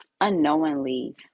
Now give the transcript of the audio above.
Unknowingly